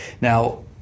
Now